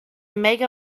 mega